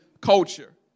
culture